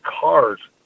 cars